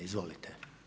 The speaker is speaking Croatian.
Izvolite.